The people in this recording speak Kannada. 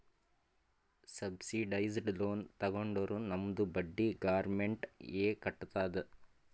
ಸಬ್ಸಿಡೈಸ್ಡ್ ಲೋನ್ ತಗೊಂಡುರ್ ನಮ್ದು ಬಡ್ಡಿ ಗೌರ್ಮೆಂಟ್ ಎ ಕಟ್ಟತ್ತುದ್